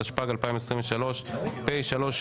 התשפ"ג 2023 (פ/3206/25),